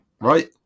Right